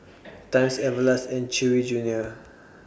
Times Everlast and Chewy Junior